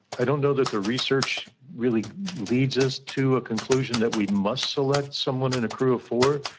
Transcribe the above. i don't know that the research really leads us to a conclusion that we must select someone in a crew of four,